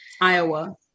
Iowa